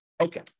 Okay